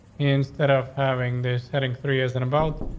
instead of having this heading three years in about,